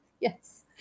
Yes